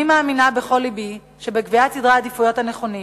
אני מאמינה בכל לבי שבקביעת סדרי העדיפויות הנכונים,